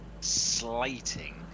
slating